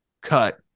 cut